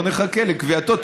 בוא נחכה לקביעתו.